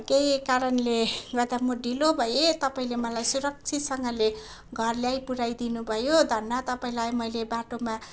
केही कारणले गर्दा म ढिलो भएँ तपाईँले मलाई सुरक्षितसँगले घर ल्याइपुर्याइ दिनुभयो धन्न तपाईँलाई मैले बाटोमा